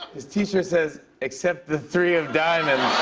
his t-shirt says except the three of diamonds.